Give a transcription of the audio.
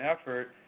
effort